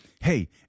hey